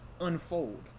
unfold